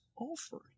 offering